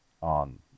on